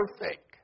perfect